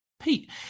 Pete